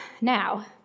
Now